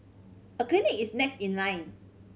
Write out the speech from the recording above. a clinic is next in line